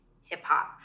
hip-hop